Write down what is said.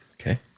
Okay